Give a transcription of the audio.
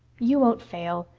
you won't fail.